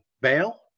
bail